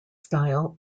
style